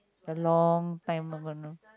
a long time ago no